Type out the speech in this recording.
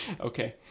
Okay